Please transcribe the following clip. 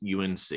UNC